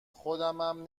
خودمم